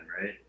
right